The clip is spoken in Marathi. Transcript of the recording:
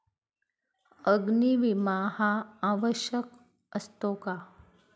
अग्नी विमा हा आवश्यक असतो का?